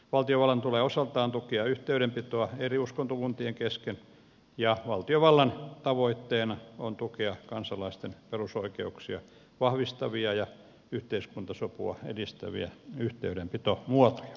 valtiovallan tulee osaltaan tukea yhteydenpitoa eri uskontokuntien kesken ja valtiovallan tavoitteena on tukea kansalaisten perusoikeuksia vahvistavia ja yhteiskuntasopua edistäviä yhteydenpitomuotoja